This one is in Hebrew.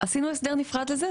עשינו הסדר נפרד לזה.